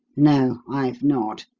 no, i've not.